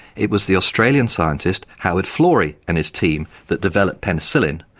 it was the australian scientist howard florey and his team that developed penicillin,